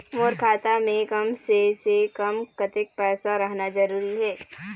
मोर खाता मे कम से से कम कतेक पैसा रहना जरूरी हे?